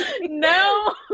No